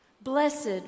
Blessed